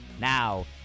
Now